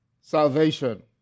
salvation